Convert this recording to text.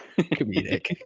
comedic